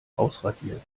ausradiert